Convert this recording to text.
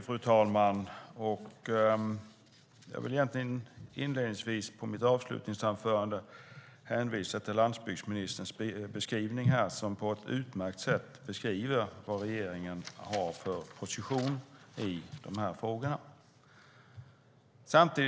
Fru talman! Jag vill inledningsvis i mitt avslutningsanförande hänvisa till landsbygdsministerns utmärkta beskrivning av vad regeringen har för position i dessa frågor.